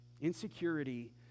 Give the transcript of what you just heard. Insecurity